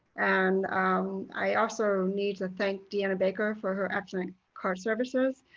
and i also need to thank deanna baker for her excellent cart services.